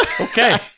Okay